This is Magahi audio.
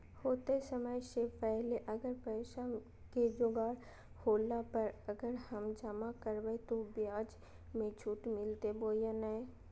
होतय समय से पहले अगर पैसा के जोगाड़ होला पर, अगर हम जमा करबय तो, ब्याज मे छुट मिलते बोया नय?